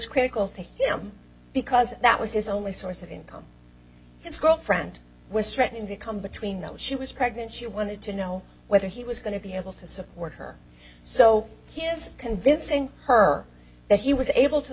critical to him because that was his only source of income its girlfriend was threatening to come between that she was pregnant she wanted to know whether he was going to be able to support her so he is convincing her that he was able to